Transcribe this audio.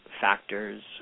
factors